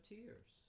tears